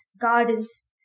gardens